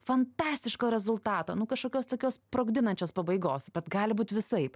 fantastiško rezultato nu kažkokios tokios sprogdinančios pabaigos bet gali būt visaip